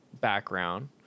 background